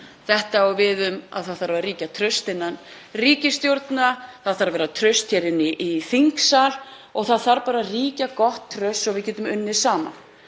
Þetta á við um að það þarf að ríkja traust innan ríkisstjórna, það þarf að vera traust hér inni í þingsal og það þarf að ríkja gott traust svo við getum unnið saman.